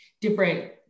different